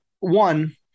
one